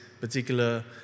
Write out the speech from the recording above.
particular